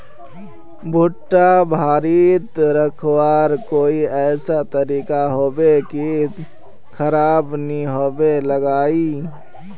भुट्टा बारित रखवार कोई ऐसा तरीका होबे की खराब नि होबे लगाई?